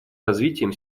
развитием